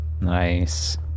Nice